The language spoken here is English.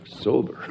sober